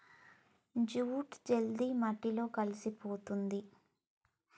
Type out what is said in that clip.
jute జల్ది మట్టిలో కలిసిపోతుంది